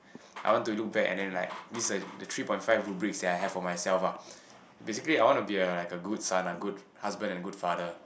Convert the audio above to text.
I want to look bad and then like these are the three point five rubrics that I have for myself lah basically I want to be like a good son ah a good husband and good father